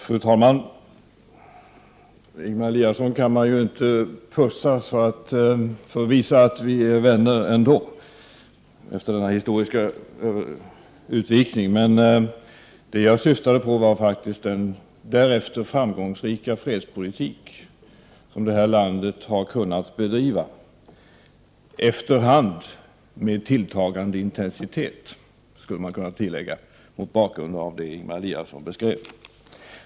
Fru talman! Ingemar Eliasson kan man inte pussa för att visa att vi är vänner ändå, efter denna historiska utvikning. Det jag syftade på var faktiskt den därefter framgångsrika fredspolitik som vårt land har kunnat bedriva — efter hand med tilltagande intensitet, skulle man kunna tillägga, mot bakgrund av det Ingemar Eliasson beskrev.